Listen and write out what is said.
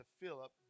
Philip